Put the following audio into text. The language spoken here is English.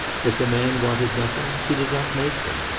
if the man wanted nothing, he did not make them.